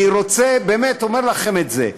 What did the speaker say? אני רוצה, באמת, אני אומר לכם את זה.